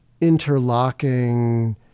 interlocking